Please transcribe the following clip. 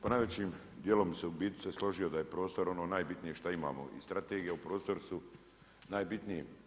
Pa najvećim dijelom bi se u biti složio da je prostor ono najbitnije što imamo i strategija u prostoru su najbitnije.